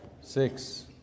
six